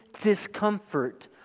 discomfort